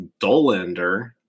Dolander